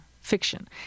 fiction